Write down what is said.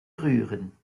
rühren